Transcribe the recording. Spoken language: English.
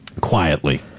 quietly